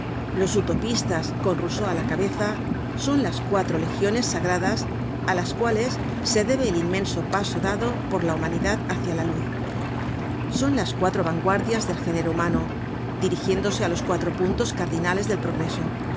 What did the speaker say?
los utopistas con rousseau á la cabeza son las cuatro legiones sagradas á las cuales se debe el inmenso paso dado por la humanidad hácia la luz son las cuatro vanguardias del género humano dirigiéndose á los cuatro puntos cardinales del progreso